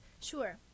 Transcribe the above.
Sure